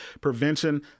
Prevention